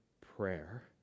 prayer